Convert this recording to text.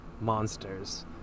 monsters